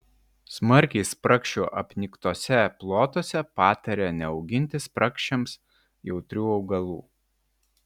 smarkiai spragšių apniktuose plotuose patarė neauginti spragšiams jautrių augalų